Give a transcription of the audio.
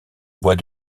bois